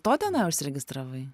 to tenai užsiregistravai